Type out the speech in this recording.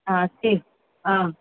हां हां